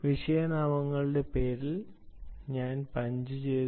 വിഷയനാമങ്ങളുടെ പേരിൽ ഞാൻ പഞ്ച് ചെയ്തു